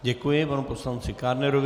Děkuji panu poslanci Kádnerovi.